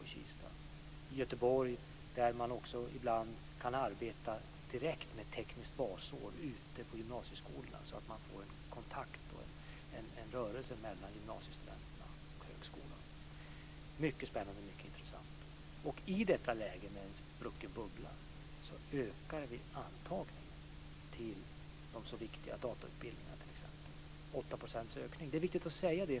I Göteborg kan man ibland arbeta direkt med ett tekniskt basår ute på gymnasieskolorna, så att man får en kontakt och en rörelse mellan gymnasiestudenterna och högskolan. Detta är mycket spännande och intressant. I detta läge med en sprucken bubbla ökar vi antagningen till de så viktiga datautbildningarna med 8 %. Det är viktigt att säga det.